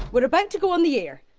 we're about to go on the air!